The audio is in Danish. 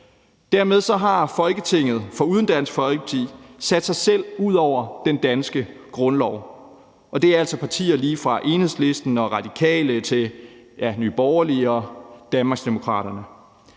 Dermed har Folketinget undtagen Dansk Folkeparti sat sig selv ud over den danske grundlov. Det er altså partier lige fra Enhedslisten og Radikale til Nye Borgerlige og Danmarksdemokraterne.